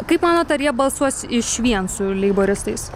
kaip manot ar jie balsuos išvien su leiboristais